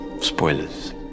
Spoilers